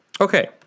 Okay